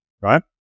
right